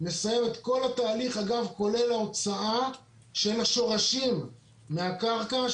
מסיים את כל התהליך כולל ההוצאה של השורשים מהקרקע,